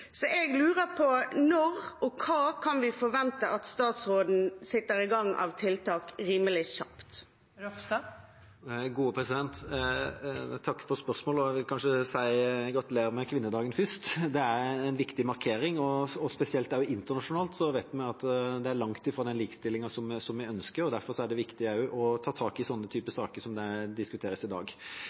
Så jeg lurer på: Hva kan vi forvente at statsråden setter i gang av tiltak rimelig kjapt, og når? Jeg takker for spørsmålet. Jeg vil først si: Gratulerer med kvinnedagen! Det er en viktig markering, og spesielt internasjonalt vet vi at det er langt fra den likestillingen som vi ønsker. Derfor er det viktig også å ta tak i sånne typer saker som diskuteres i dag.